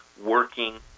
working